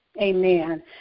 Amen